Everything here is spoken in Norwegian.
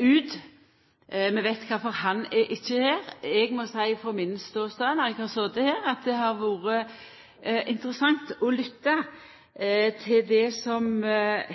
ut – vi veit kvifor han ikkje er her. Eg må seia frå min ståstad når eg har sete her, at det har vore interessant å lytta til det som